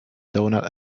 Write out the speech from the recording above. doughnut